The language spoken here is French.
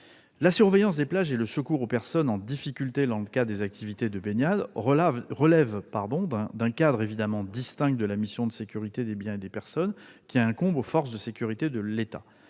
La surveillance des plages et le secours aux personnes en difficulté dans le cadre des activités de baignade relèvent d'un cadre incontestablement distinct de la mission de sécurité des biens et des personnes qui incombe aux forces de sécurité de l'État.